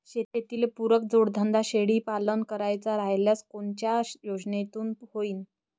शेतीले पुरक जोडधंदा शेळीपालन करायचा राह्यल्यास कोनच्या योजनेतून होईन?